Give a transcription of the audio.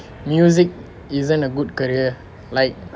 music isn't a good career like